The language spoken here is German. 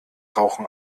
rauchen